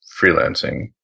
freelancing